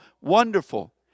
wonderful